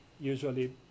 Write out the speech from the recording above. usually